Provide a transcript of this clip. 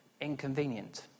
inconvenient